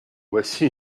voici